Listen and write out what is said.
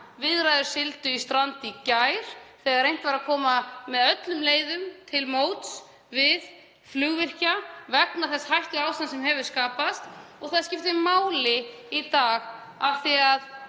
Viðræður sigldu í strand í gær þegar reynt var að koma með öllum leiðum til móts við flugvirkja vegna þess hættuástands sem hefur skapast og það skiptir máli í dag, af því að